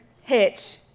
Hitch